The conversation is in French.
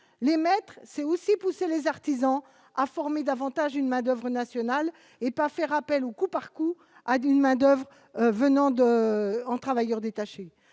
les maîtres c'est aussi pousser les artisans à former davantage une main-d'oeuvre nationale et pas faire appel au coup par coup à une main-d'oeuvre venant d'un en travailleurs détachés,